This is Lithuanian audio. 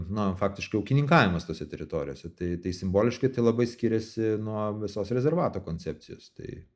na faktiškai ūkininkavimas tose teritorijose tai tai simboliškai tai labai skiriasi nuo visos rezervato koncepcijos tai